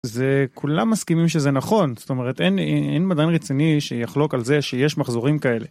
זה, כולם מסכימים שזה נכון, זאת אומרת אין מדען רציני שיחלוק על זה שיש מחזורים כאלה.